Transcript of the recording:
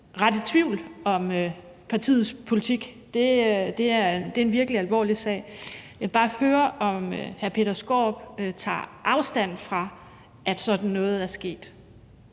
skabe tvivl om partiets politik. Det er en virkelig alvorlig sag. Jeg vil bare høre, om hr. Peter Skaarup tager afstand fra, at sådan noget er sket,